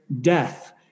death